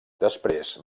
després